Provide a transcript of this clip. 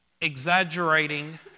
exaggerating